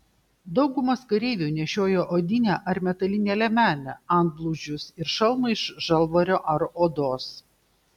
daugumas kareivių nešiojo odinę ar metalinę liemenę antblauzdžius ir šalmą iš žalvario ar odos